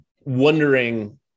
wondering